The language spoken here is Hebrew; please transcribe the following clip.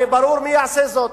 הרי ברור מי יעשה זאת.